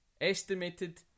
Estimated